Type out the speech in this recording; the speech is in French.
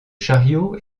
chariots